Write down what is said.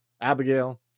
Abigail